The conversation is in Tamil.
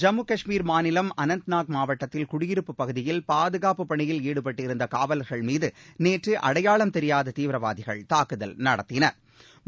ஜம்மு கஷ்மீர் மாநிலம் அனந்த்நாக் மாவட்டத்தில் குடியிருப்பு பகுதியில் பாதுகாப்பு பணியில் ஈடுபட்டிருந்த காவல்கள் மீது நேற்று அடையாளம் தெரியாத தீவிரவாதிகள் தாக்குதல் நடத்தினா்